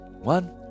one